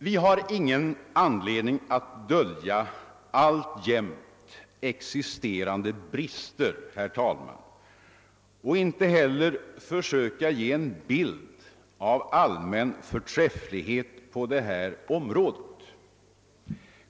Vi har ingen anledning att dölja alltjämt existerande brister, herr talman, och inte heller att försöka ge en bild av allmän förträfflighet på sjukvårdens område.